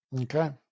Okay